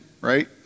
right